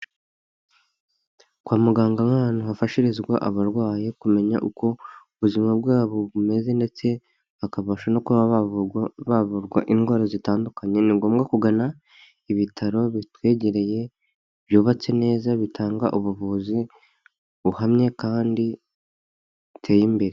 Kwa muganga nk'ahantu hafashirizwa abarwayi kumenya uko ubuzima bwabo bumeze ndetse bakabasha no kuba bavurwa indwara zitandukanye, ni ngombwa kugana ibitaro bitwegereye byubatse neza bitanga ubuvuzi buhamye kandi buteye imbere.